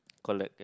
collect ya